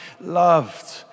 loved